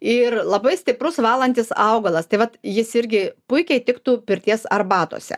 ir labai stiprus valantis augalas tai vat jis irgi puikiai tiktų pirties arbatose